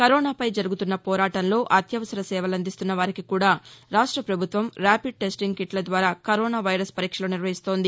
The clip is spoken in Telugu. కరోనాపై జరుగుతున్న పోరాటంలో అత్యవసర సేవలందిస్తున్న వారికి కూడా రాష్టపభుత్వం ర్యాపిడ్ టెస్టింగ్ కిట్ల ద్వారా కరోనా వైరస్ పరీక్షలు నిర్వహిస్తోంది